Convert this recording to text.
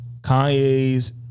Kanye's